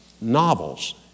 novels